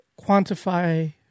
quantify